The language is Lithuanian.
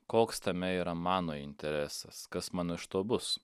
koks tame yra mano interesas kas man iš to bus